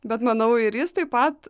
bet manau ir jis taip pat